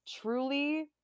truly